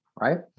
right